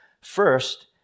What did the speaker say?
First